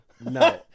No